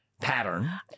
Pattern